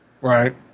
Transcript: Right